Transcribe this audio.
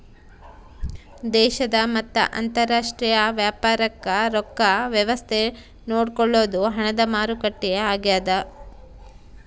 ದೇಶದ ಮತ್ತ ಅಂತರಾಷ್ಟ್ರೀಯ ವ್ಯಾಪಾರಕ್ ರೊಕ್ಕ ವ್ಯವಸ್ತೆ ನೋಡ್ಕೊಳೊದು ಹಣದ ಮಾರುಕಟ್ಟೆ ಆಗ್ಯಾದ